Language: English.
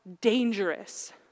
dangerous